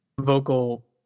vocal